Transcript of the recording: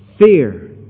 Fear